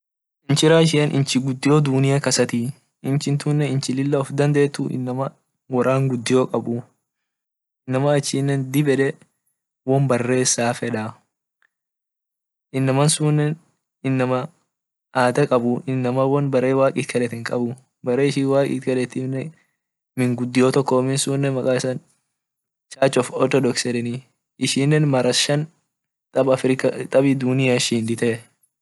Inchi russian inchi gudio dunia kasati inchi tunne inchi lila ufdandet woran gudio inama achine dib ed won baresa feda inama sunne inama ada qabubarre ishin waq itkadet min min sunne maqa isa church of orthodox yedeni ishine mara shan dat dunia shindite.